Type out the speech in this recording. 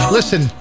Listen